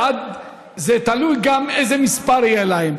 וזה תלוי גם איזה מספר יהיה להם.